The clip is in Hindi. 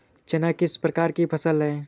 चना किस प्रकार की फसल है?